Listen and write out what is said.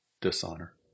dishonor